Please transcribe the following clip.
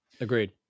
Agreed